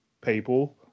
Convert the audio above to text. people